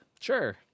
Sure